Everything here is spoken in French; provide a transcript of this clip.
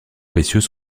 précieux